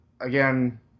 again